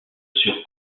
sur